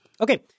Okay